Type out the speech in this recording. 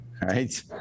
Right